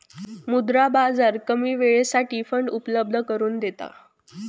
मुद्रा बाजार कमी वेळेसाठी फंड उपलब्ध करून देता